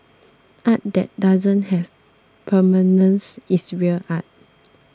art that doesn't have permanence is real art